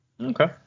Okay